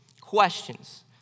questions